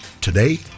today